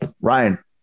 ryan